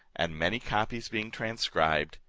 and many copies being transcribed,